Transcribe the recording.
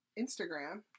Instagram